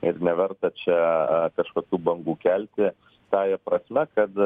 ir neverta čia kažkokių bangų kelti tąja prasme kad